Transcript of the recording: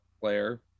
player